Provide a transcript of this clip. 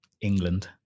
England